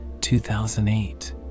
2008